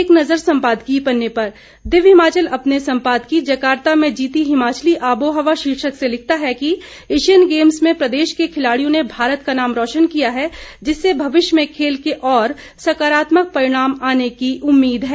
एक नजर सम्पादकीय पन्ने पर दिव्य हिमाचल अपने सम्पादकीय जर्काता में जीती हिमाचली आबोहवा शीर्षक से लिखता है कि एशियन गेम्स में प्रदेश के खिलाड़ियों ने भारत का नाम रौशन किया है जिससे भविष्य में खेल के और सकारात्मक परिणाम आने की उम्मीद हैं